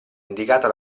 indicata